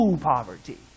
poverty